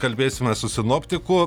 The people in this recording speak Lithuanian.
kalbėsime su sinoptiku